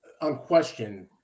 unquestioned